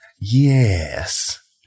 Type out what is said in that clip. Yes